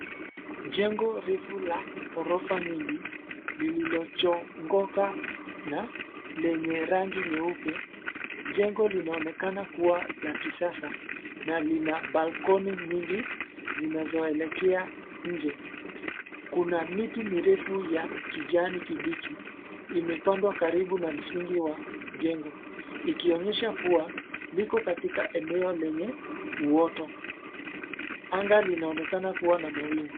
Jengo refu la, ghorofa nyingi, lililochongoka, na, lenye rangi nyeupe, jengo linaonekana kuwa la kisasa, na lina balkoni nyingi, zinazoelekea, nje, kuna miti mirefu ya kijani kibichi, imepandwa karibu na msingi wa, jengo, ikionyesha kuwa, liko katika eneo lenye, uoto, anga linaonekana kuwa na mawingu.